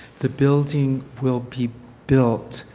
the building will be built